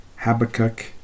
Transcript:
Habakkuk